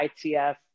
ITF